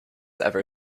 ever